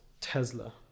Tesla